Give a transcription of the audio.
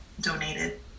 donated